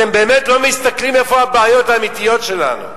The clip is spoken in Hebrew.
אתם באמת לא מסתכלים איפה הבעיות האמיתיות שלנו.